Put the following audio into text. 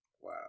Wow